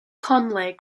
conley